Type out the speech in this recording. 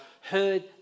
heard